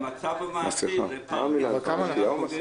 המצב המעשי זה --- לא,